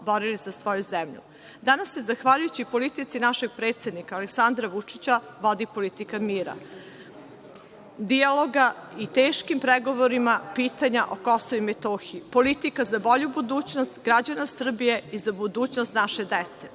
borili za svoju zemlju. Danas se, zahvaljujući politici našeg predsednika Aleksandra Vučića, vodi politika mira, dijaloga i teškim pregovorima pitanja o Kosovu i Metohiji, politika za bolju budućnost građana Srbije i za budućnost naše dece.U